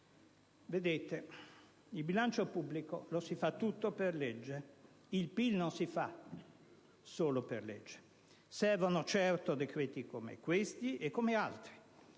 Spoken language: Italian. Vedete, il bilancio pubblico lo si fa tutto per legge. Il PIL non si fa solo per legge. Servono, certo, decreti come questi, e come altri.